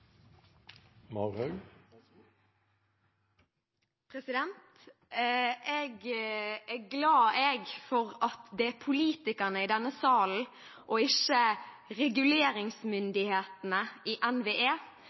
glad, jeg, for at det er politikerne i denne salen og ikke reguleringsmyndighetene i NVE